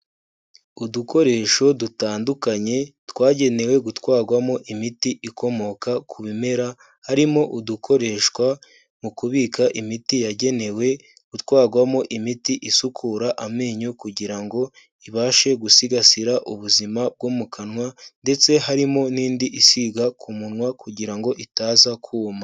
Udukoresho dutandukanye, twagenewe gutwarwamo imiti ikomoka ku bimera, harimo udukoreshwa mu kubika imiti yagenewe gutwarwamo imiti isukura amenyo kugira ngo ibashe gusigasira ubuzima bwo mu kanwa ndetse harimo n'indi isigwa ku munwa kugira ngo itaza kuma.